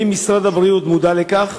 האם משרד הבריאות מודע לכך?